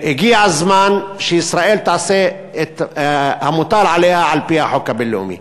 הגיע הזמן שישראל תעשה את המוטל עליה על-פי החוק הבין-לאומי.